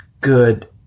good